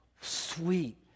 sweet